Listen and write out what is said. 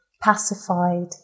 pacified